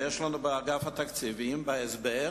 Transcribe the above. בהסבר של אגף התקציבים נאמר